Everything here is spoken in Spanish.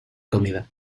comida